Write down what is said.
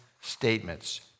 statements